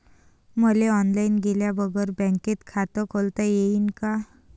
मले ऑनलाईन गेल्या बगर बँकेत खात खोलता येईन का?